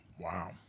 Wow